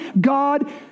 God